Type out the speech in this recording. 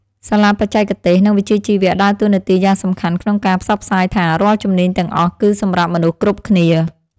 សាលាបច្ចេកទេស និងវិជ្ជាជីវៈដើរតួនាទីយ៉ាងសំខាន់ក្នុងការផ្សព្វផ្សាយថា រាល់ជំនាញទាំងអស់គឺសម្រាប់មនុស្សគ្រប់គ្នា។